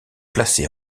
placés